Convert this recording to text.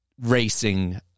racing